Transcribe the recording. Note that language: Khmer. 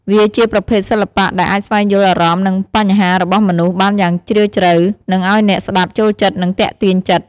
វាជាប្រភេទសិល្បៈដែលអាចស្វែងយល់អារម្មណ៍និងបញ្ហារបស់មនុស្សបានយ៉ាងជ្រាវជ្រៅ និងឲ្យអ្នកស្តាប់ចូលចិត្តនិងទាក់ទាញចិត្ត។